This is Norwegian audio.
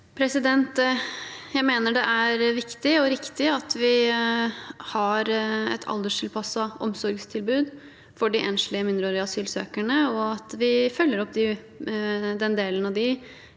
Jeg mener det er viktig og riktig at vi har et alderstilpasset omsorgstilbud for de enslige mindreårige asylsøkerne, og at vi følger opp den delen av dem